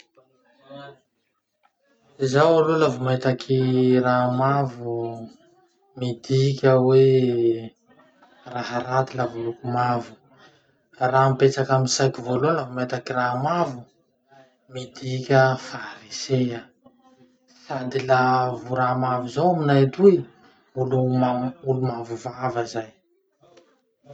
Zaho aloha laha vo mahitaky raha mavo, midika hoe raharaty laha vo loko mavo. Raha mipetraky amy saiko voalohany raha vo mahita kiraha mavo, midika faharesea sadly laha vo raha mavo zao aminay atoy, olo mavovava?